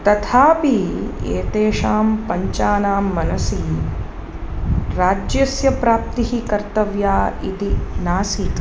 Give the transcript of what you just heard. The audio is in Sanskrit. तथापि एतेषां पञ्चानां मनसि राज्यस्य प्राप्तिः कर्तव्या इति नासीत्